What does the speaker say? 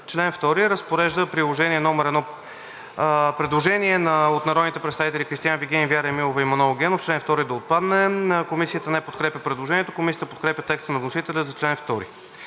Чл. 2. Разпорежда приложение № 1.“ Предложение от народните представители Кристиан Вигенин, Вяра Емилова и Манол Генов чл. 2 да отпадне. Комисията не подкрепя предложението. Комисията подкрепя текста на вносителя за чл. 2.